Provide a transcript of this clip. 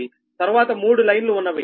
తర్వాత మూడు లైన్లు ఉన్నవి అవి 0